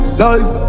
life